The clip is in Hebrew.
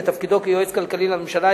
בתפקידו כיועץ כלכלי לממשלה,